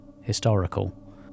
historical